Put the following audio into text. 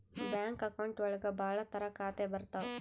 bank account ಒಳಗ ಭಾಳ ತರ ಖಾತೆ ಬರ್ತಾವ್